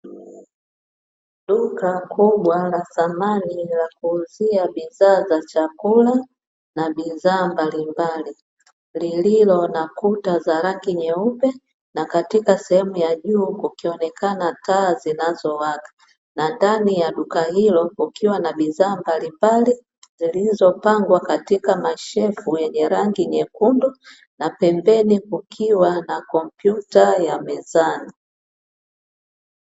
Ni duka kubwa la samani la kuuzia bidhaa za chakula na bidhaa mbalimbali, lililo na kuta za rangi nyeupe, na katika sehemu ya juu kukionekana taa zinazowaka. Na ndani ya duka hilo kukiwa na bidhaa mbalimbali, zilizopangwa katika mashelfu yenye rangi nyekundu na pembeni kukiwa na kompyuta ya mezani.